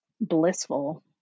blissful